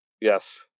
Yes